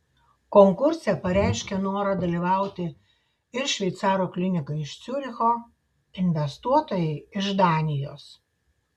konkurse pareiškė norą dalyvauti ir šveicarų klinika iš ciuricho investuotojai iš danijos